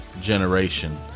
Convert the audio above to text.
generation